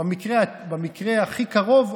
במקרה הכי קרוב,